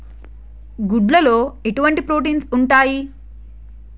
గుడ్లు లో ఎటువంటి ప్రోటీన్స్ ఉంటాయి?